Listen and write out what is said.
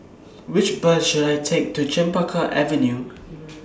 Which Bus should I Take to Chempaka Avenue